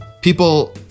people